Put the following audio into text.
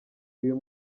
uyu